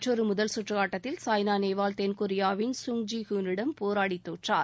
மற்றொரு முதல் சுற்று ஆட்டத்தில் சாய்னா நேவால் தென்கொரியாவின் சுங் ஜி ஹ்யூனிடம் போராடி தோற்றார்